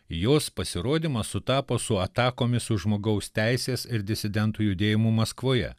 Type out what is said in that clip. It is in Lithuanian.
jos pasirodymas sutapo su atakomis su žmogaus teisės ir disidentų judėjimu maskvoje